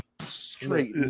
straight